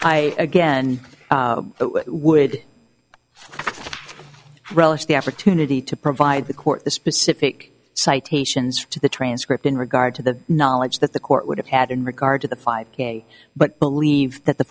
right i again but would relish the opportunity to provide the court the specific citations to the transcript in regard to the knowledge that the court would have had in regard to the five k but believe that the